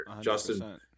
Justin